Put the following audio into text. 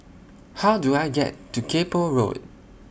How Do I get to Kay Poh Road